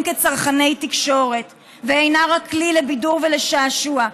כצרכני תקשורת ואינה רק כלי לבידור ולשעשוע,